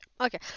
Okay